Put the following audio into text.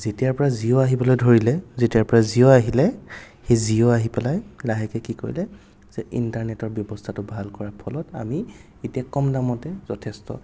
যেতিয়াৰ পৰা জিঅ' আহিবলৈ ধৰিলে যেতিয়াৰ পৰাই জিঅ' আহিল সেই জিঅ' আহি পেলাই লাহেকে কি কৰিলে যে ইন্টাৰনেটৰ ব্যৱস্থাটো ভাল কৰাৰ ফলত আমি এতিয়া কম দামতে যথেষ্ট